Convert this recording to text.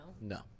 No